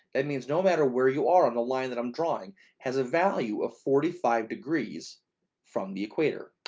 that means no matter where you are on the line that i'm drawing has a value of forty five degrees from the equator,